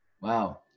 wow